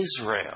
Israel